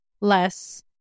less